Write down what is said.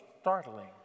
startling